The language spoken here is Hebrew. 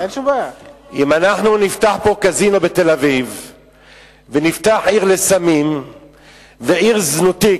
אם נפתח קזינו בתל-אביב ונפתח עיר לסמים ועיר זנותית,